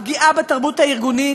הפגיעה בתרבות הארגונית,